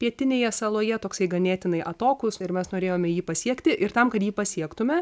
pietinėje saloje toksai ganėtinai atokus ir mes norėjome jį pasiekti ir tam kad jį pasiektume